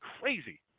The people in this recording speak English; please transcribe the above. Crazy